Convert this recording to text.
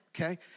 okay